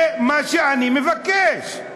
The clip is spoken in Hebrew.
זה מה שאני מבקש.